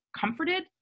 comforted